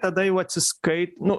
tada jau atsiskai nu